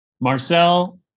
Marcel